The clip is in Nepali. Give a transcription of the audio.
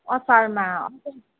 असारमा